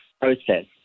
process